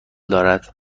دارد